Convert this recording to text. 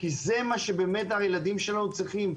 כי זה מה שהילדים שלנו צריכים.